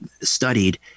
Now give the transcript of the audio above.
studied